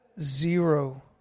zero